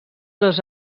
dos